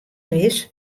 wis